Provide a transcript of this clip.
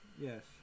yes